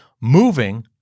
moving